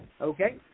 okay